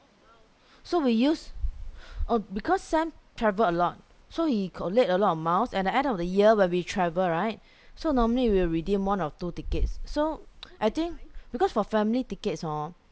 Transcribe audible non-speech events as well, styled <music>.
so we use uh because sam travel a lot so he collate a lot of miles at the end of the year when we travel right so normally we'll redeem one or two tickets so <noise> I think because for family tickets hor